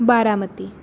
Baramati